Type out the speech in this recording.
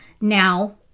now